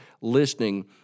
listening